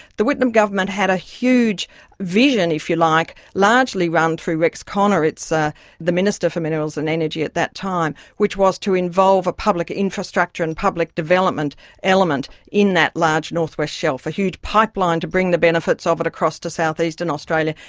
the whitlam government had a huge vision, if you like, largely run through rex connor, ah the minister for minerals and energy at that time, which was to involve a public infrastructure and public development element in that large north west shelf, a huge pipeline to bring the benefits of it across to south eastern australia.